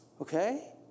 Okay